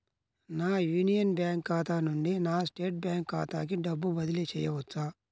నా Union Bank ఖాతా నుండి నా స్టేట్ బ్యాంకు ఖాతాకి డబ్బు బదిలి చేయవచ్చా?